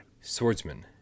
Swordsman